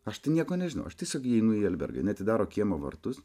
aš tai nieko nežinau aš tiesiog įeinu į albergą jinai atidaro kiemo vartus